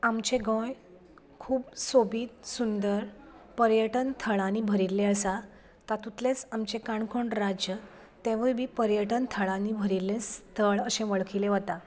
आमचें गोंय खूब सोबीत सुंदर पर्यटन थळांनी भरिल्लें आसा तांतुतलेंच आमचें काणकोण राज्य तेंवूय बी पर्यटन थळांनी भरिल्लें स्थळ अशें वळखीलें वता